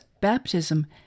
baptism